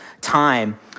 time